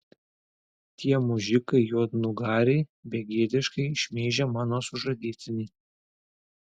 tie mužikai juodnugariai begėdiškai šmeižia mano sužadėtinį